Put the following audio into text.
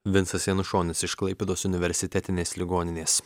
vincas janušonis iš klaipėdos universitetinės ligoninės